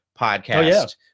podcast